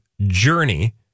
journey